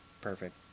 perfect